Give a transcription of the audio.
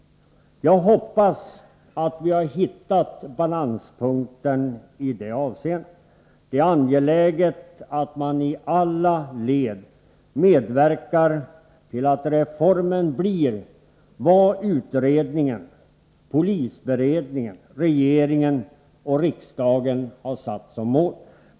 Jag hoppas att vi har hittat balanspunkten idet avseendet. Det är angeläget att man i alla led medverkar till att reformen blir vad utredningen, polisberedningen, regeringen och riksdagen har satt som mål.